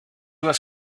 was